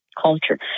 culture